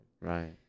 right